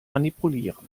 manipulieren